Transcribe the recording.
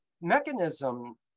mechanism